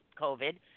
COVID